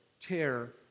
tear